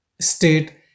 state